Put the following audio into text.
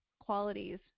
qualities